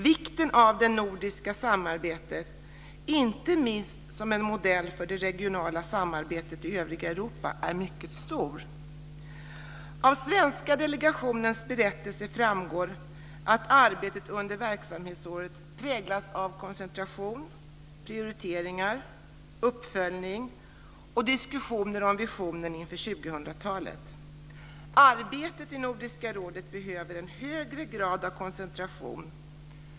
Vikten av det nordiska samarbetet, inte minst som en modell för det regionala samarbetet i övriga Europa, är mycket stor. Av den svenska delegationens berättelse framgår att arbetet under verksamhetsåret präglats av koncentration, prioritering, uppföljning och diskussion om visioner inför 2000-talet. Arbetet i Nordiska rådet behöver en högre grad av koncentration.